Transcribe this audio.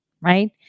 Right